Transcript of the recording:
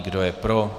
Kdo je pro?